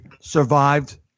survived